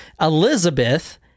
Elizabeth